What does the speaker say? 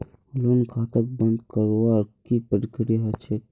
loan खाताक बंद करवार की प्रकिया ह छेक